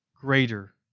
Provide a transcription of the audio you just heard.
greater